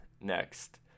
next